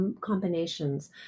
combinations